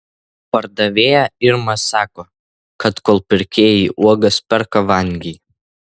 pardavėja irma sako kad kol kas pirkėjai uogas perka vangiai